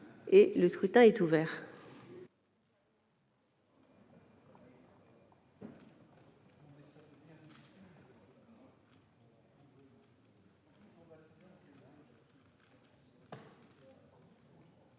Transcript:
Le scrutin est ouvert.